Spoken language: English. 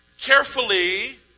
carefully